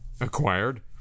acquired